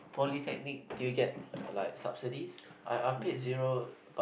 polytechnic do you get like subsidies I I paid zero but